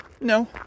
No